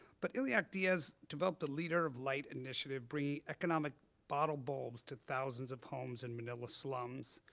but illac diaz developed the liter of light initiative, bringing economic bottle bulbs to thousands of homes in manila's slums,